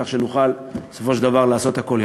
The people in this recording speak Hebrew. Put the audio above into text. כך שנוכל בסופו של דבר לעשות הכול יחד.